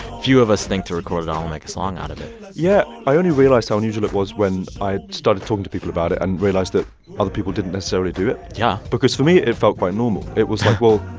few of us think to record. oh, i'll make a song out of it yeah. i only realized how unusual it was when i started talking to people about it and realized that other people didn't necessarily do it yeah because, for me, it felt quite normal it was like, well,